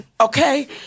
Okay